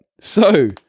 So-